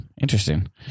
Interesting